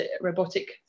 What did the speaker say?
robotic